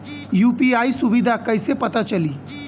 UPI सुबिधा कइसे पता चली?